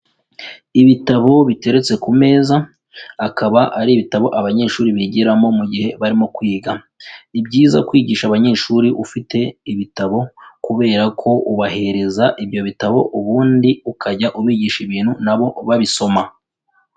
Ibitabo biteretse ku meza, akaba ari ibitabo abanyeshuri bigiramo mu gihe barimo kwiga; ni byiza kwigisha abanyeshuri ufite ibitabo kubera ko ubahereza ibyo bitabo, ubundi ukajya ubigisha ibintu na bo babisoma.